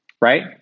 Right